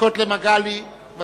חבר הכנסת מגלי והבה, בבקשה.